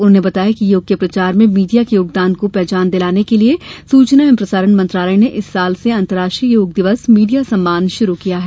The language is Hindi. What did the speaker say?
उन्होंने बताया कि योग के प्रचार में मीडिया के योगदान को पहचान दिलाने के लिए सुचना एवं प्रसारण मंत्रालय ने इस वर्ष से अर्तराष्ट्रीय योग दिवस मीडिया सम्मान श्रू किया है